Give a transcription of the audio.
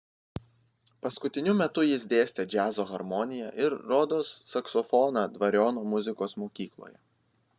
paskutiniu metu jis dėstė džiazo harmoniją ir rodos saksofoną dvariono muzikos mokykloje